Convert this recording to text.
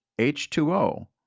H2O